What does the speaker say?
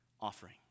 offering